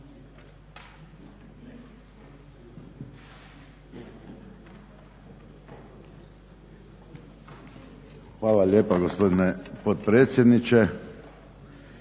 Hvala lijepa, gospodine potpredsjedniče.